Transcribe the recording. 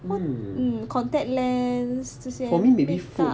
one mm contact lens 这些 makeup